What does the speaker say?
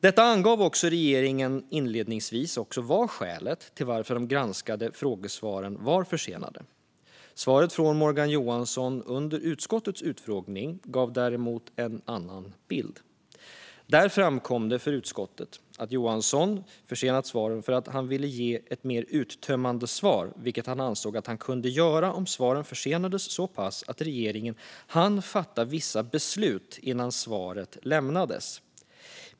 Detta angav också regeringen inledningsvis som skäl till att de granskade frågesvaren var försenade. Svaret från Morgan Johansson under utskottets utfrågning gav däremot en annan bild. Där framkom det för utskottet att Johansson försenat svaren för att han ville ge mer uttömmande svar, vilket han ansåg att han kunde göra om svaren försenades så pass att regeringen hann fatta vissa beslut innan de lämnades.